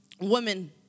Women